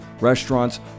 restaurants